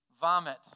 vomit